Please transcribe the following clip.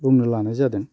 बुंनो लानाय जादों